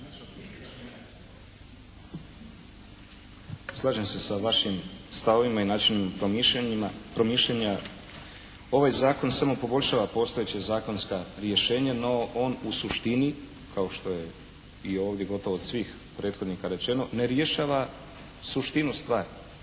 Slažem se sa vašim stavovima i načinom promišljanja. Ovaj zakon samo poboljšava postojeća zakonska rješenja. No, on u suštini kao što je i ovdje gotovo od svih prethodnika rečeno ne rješava suštinu stvari.